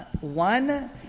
One